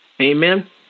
Amen